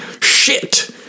Shit